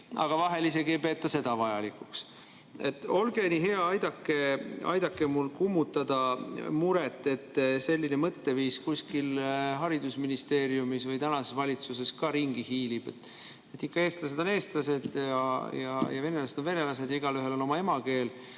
aga vahel ei peeta isegi seda vajalikuks. Olge nii hea, aidake mul kummutada muret, et selline mõtteviis kuskil haridusministeeriumis või tänases valitsuses ka ringi hiilib. Ikka eestlased on eestlased ja venelased on venelased ja igaühel on oma emakeel.